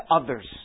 others